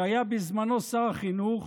שהיה בזמנו שר החינוך,